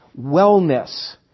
wellness